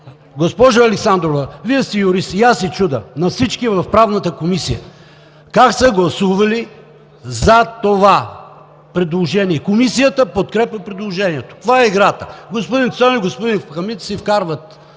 Госпожо Александрова, Вие сте юрист и аз се чудя на всички в Правната комисия как са гласували „за“ това предложение: „Комисията подкрепя предложението.“ Каква е играта? Господин Цонев и господин Хамид си вкарват